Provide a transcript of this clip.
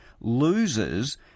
loses